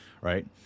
right